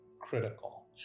critical